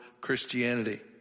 Christianity